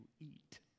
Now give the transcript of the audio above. eat